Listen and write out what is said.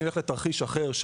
אם נלך לתרחיש אחר,